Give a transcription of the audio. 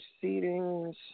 proceedings